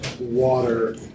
water